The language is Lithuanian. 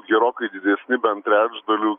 gerokai didesni bent trečdaliu